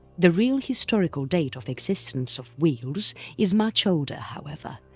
the real historical date of existence of wheels is much older however,